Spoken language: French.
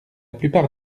plupart